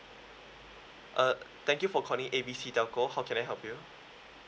uh thank you for calling A B C telco how can I help you